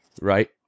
right